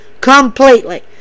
Completely